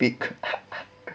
peak